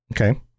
Okay